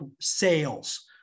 sales